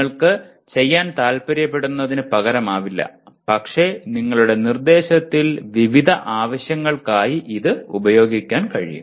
നിങ്ങൾക്ക് ചെയ്യാൻ താൽപ്പര്യപ്പെടുന്നതിന് പകരമാവില്ല പക്ഷേ നിങ്ങളുടെ നിർദ്ദേശത്തിൽ വിവിധ ആവശ്യങ്ങൾക്കായി ഇത് ഉപയോഗിക്കാൻ കഴിയും